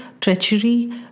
treachery